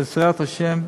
בעזרת השם,